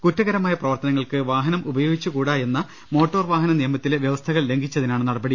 കുറ്റുകരമായ പ്രവർത്തനങ്ങൾക്ക് വാഹനം ഉപയോഗിച്ചുകൂടാ എന്ന മോട്ടോർ വാഹന നിയമത്തിലെ വൃവസ്ഥകൾ ലംഘിച്ചതിനാണ് നടപടി